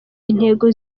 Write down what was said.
intego